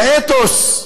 לאתוס,